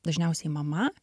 dažniausiai mama